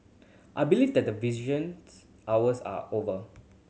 I believe that visitations hours are over